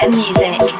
music